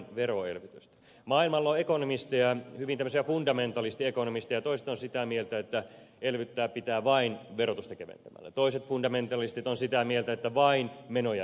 maailmalla on ekonomisteja hyvin tällaisia fundamentalistiekonomisteja ja toiset ovat sitä mieltä että elvyttää pitää vain verotusta keventämällä toiset fundamentalistit ovat sitä mieltä että vain menoja lisäämällä